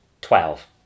Twelve